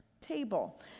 Table